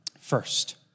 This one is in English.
first